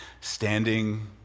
standing